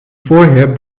vorher